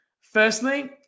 Firstly